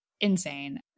Insane